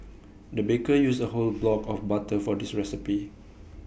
the baker used A whole block of butter for this recipe